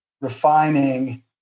refining